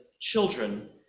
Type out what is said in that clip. children